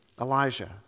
Elijah